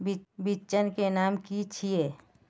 बिचन के नाम की छिये?